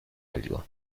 algo